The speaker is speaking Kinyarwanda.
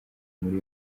muri